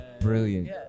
brilliant